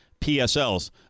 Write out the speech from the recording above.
PSLs